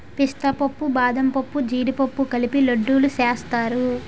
పిస్తా పప్పు బాదంపప్పు జీడిపప్పు కలిపి లడ్డూలు సేస్తారు